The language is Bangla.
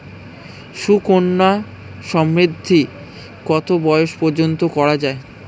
সুকন্যা সমৃদ্ধী কত বয়স পর্যন্ত করা যায়?